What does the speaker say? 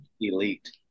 elite